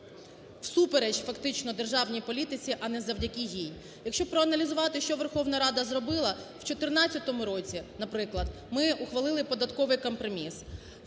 всупереч фактично державній політиці, а не завдяки їй. Якщо проаналізувати, що Верховна Рада зробила в 2014 році, наприклад, ми ухвалили податковий компроміс.